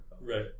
Right